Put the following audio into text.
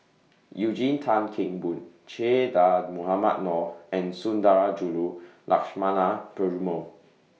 Eugene Tan Kheng Boon Che Dah Mohamed Noor and Sundarajulu Lakshmana Perumal